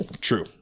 True